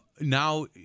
now